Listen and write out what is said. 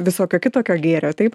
visokio kitokio gėrio taip